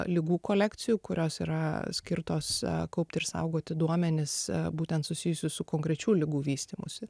ligų kolekcijų kurios yra skirtos kaupti ir saugoti duomenis būtent susijusius su konkrečių ligų vystymusi